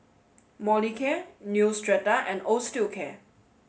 Molicare Neostrata and Osteocare